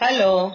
Hello